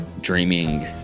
Dreaming